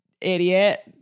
idiot